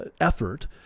effort